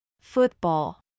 Football